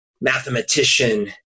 mathematician